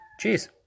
Cheers